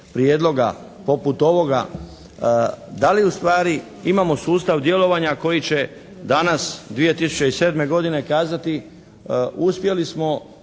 prijedloga poput ovoga, da li ustvari imamo sustav djelovanja koji će danas 2007. godine kazati uspjeli smo